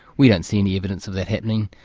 we don't see any evidence of that happening.